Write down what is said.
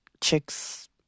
chicks